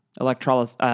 electrolysis